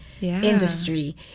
industry